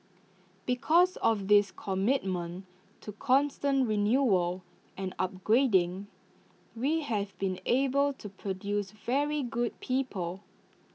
because of this commitment to constant renewal and upgrading we have been able to produce very good people